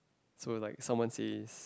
so like someone says